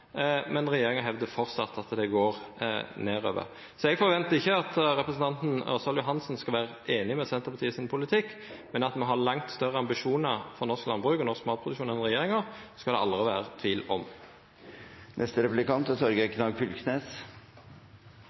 Men regjeringa hevdar framleis at det går nedover. Eg forventar ikkje at representanten Ørsal Johansen skal vera einig i Senterpartiet sin politikk. Men at me har langt større ambisjonar for norsk landbruk og norsk matproduksjon enn regjeringa, skal det aldri vera tvil om.